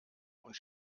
und